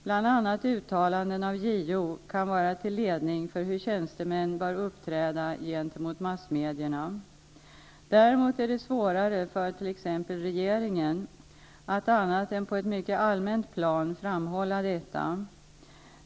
Bl.a. uttalanden av JO kan vara till ledning för hur tjänstemän bör uppträda gentemot massmedierna. Däremot är det svårare för t.ex. regeringen att annat än på ett mycket allmänt plan framhålla detta.